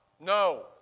No